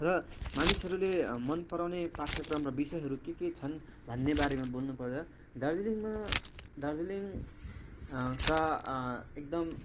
र मानिसहरूले मनपराउने पाठ्यक्रम र विषयहरू के के छन् भन्नेबारेमा बोल्नुपर्दा दार्जिलिङमा दार्जिलिङ का एकदम